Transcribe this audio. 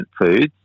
foods